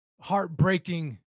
heartbreaking